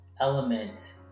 element